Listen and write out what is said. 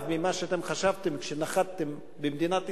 ממה שאתם חשבתם כשנחתתם במדינת ישראל,